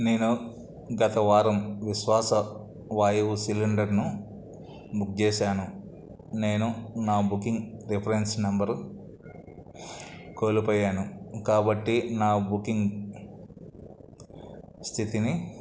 నేను గతవారం విశ్వాస వాయువు సిలిండర్ను బుక్ చేశాను నేను నా బుకింగ్ రిఫరెన్స్ నెంబర్ కోల్పోయాను కాబట్టి నా బుకింగ్ స్థితిని